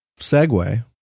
segue